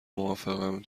موافقم